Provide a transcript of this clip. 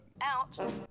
Out